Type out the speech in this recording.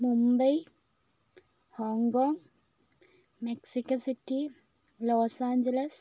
Mumbai Hong Kong Mexican city Los Angeles